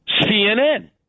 CNN